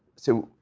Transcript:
so,